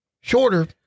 shorter